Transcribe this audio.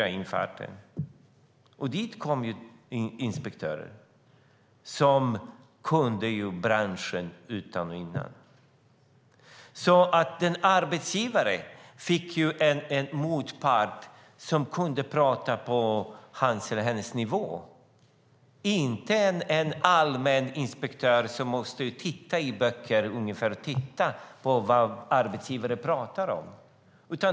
Dit kom inspektörer som kunde branschen utan och innan. Arbetsgivaren fick en motpart som kunde prata på hans eller hennes nivå och inte en allmäninspektör som måste titta i böcker för att förstå vad arbetsgivaren pratade om.